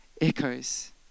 echoes